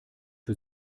für